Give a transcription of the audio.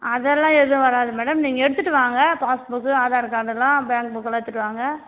அதெல்லாம் எதுவும் வராது மேடம் நீங்கள் எடுத்துகிட்டு வாங்க பாஸ்புக்கு ஆதார் கார்டெல்லாம் பேங்க் புக்கு எல்லாம் எடுத்துகிட்டு வாங்க